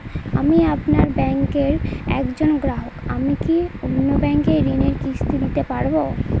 আমি আপনার ব্যাঙ্কের একজন গ্রাহক আমি কি অন্য ব্যাঙ্কে ঋণের কিস্তি দিতে পারবো?